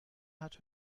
hat